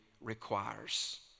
requires